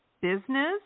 business